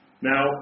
Now